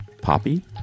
Poppy